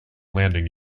landing